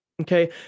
okay